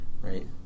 Right